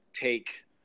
take